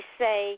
say